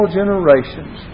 generations